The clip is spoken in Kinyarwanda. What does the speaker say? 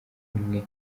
umwe